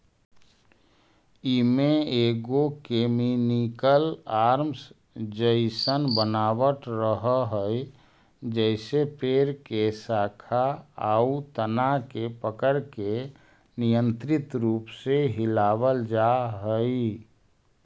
एमे एगो mechanical arm जइसन बनावट रहऽ हई जेसे पेड़ के शाखा आउ तना के पकड़के नियन्त्रित रूप से हिलावल जा हई